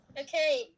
Okay